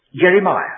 Jeremiah